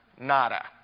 Nada